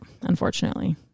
Unfortunately